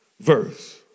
Verse